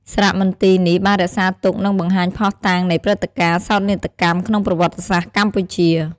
សារមន្ទីរនេះបានរក្សាទុក និងបង្ហាញភស្តុតាងនៃព្រឹត្តការណ៍សោកនាដកម្មក្នុងប្រវត្តិសាស្ត្រកម្ពុជា។